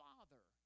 Father